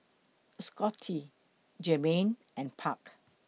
Scottie Jermaine and Park